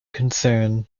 concern